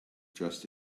dressed